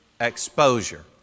exposure